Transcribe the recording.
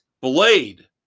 Blade